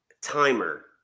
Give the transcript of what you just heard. timer